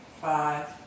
five